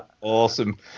Awesome